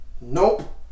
Nope